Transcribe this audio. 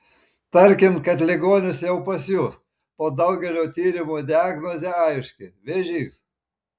tarkim kad ligonis jau pas jus po daugelio tyrimų diagnozė aiški vėžys